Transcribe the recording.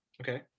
okay